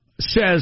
says